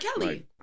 Kelly